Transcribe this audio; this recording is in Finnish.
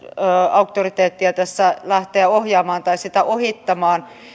auktoriteettia tässä lähteä ohjaamaan tai sitä ohittamaan